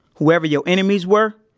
whoever your enemies were,